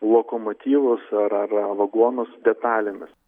lokomotyvus ar ar vagonus detalėmis